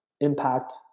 impact